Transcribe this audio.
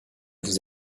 vous